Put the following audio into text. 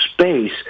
space